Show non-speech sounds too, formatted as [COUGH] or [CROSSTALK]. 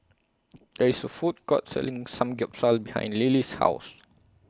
There IS A Food Court Selling [UNINTELLIGIBLE] behind Lillie's House